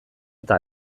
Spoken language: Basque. eta